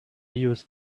used